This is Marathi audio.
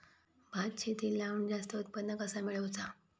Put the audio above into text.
भात शेती लावण जास्त उत्पन्न कसा मेळवचा?